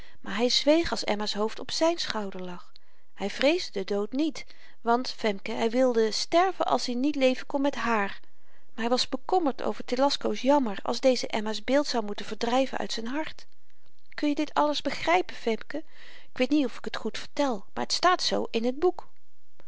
maar hy zweeg als emma's hoofd op zyn schouder lag hy vreesde den dood niet want femke hy wilde sterven als i niet leven kon met hààr maar hy was bekommerd over telasco's jammer als deze emma's beeld zou moeten verdryven uit zyn hart kun je dit alles begrypen femke ik weet niet of ik t goed vertel maar t staat zoo in t boek